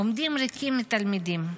עומדים ריקים מתלמידים.